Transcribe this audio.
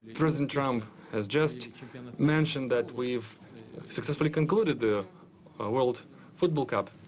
president trump has just mentioned that we've successfully concluded the world futbol cup.